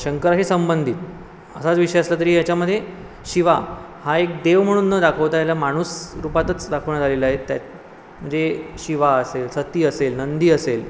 शंकराशी संबंधित असाच विषय असला तरी याच्यामध्ये शिवा हा एक देव म्हणून न दाखवता याला माणूस रूपातच दाखवण्यात आलेलं आहे त्या म्हणजे शिवा असेल सती असेल नंदी असेल